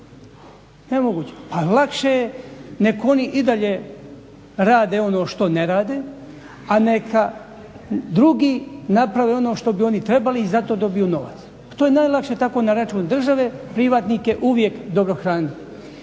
Pa lakše je neka oni i dalje rade ono što ne rade a neka drugi naprave ono što bi oni trebali i za to dobiju novac. Pa to je najlakše tako na račun države privatnike uvijek dobro hraniti.